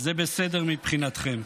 זה בסדר מבחינתכם.